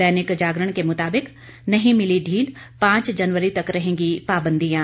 दैनिक जागरण के मुताबिक नहीं मिली ढील पांच जनवरी तक रहेंगी पाबंदियां